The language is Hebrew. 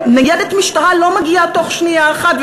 וניידת משטרה לא מגיעה תוך שנייה אחת,